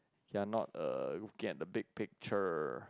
they're not err who get the big picture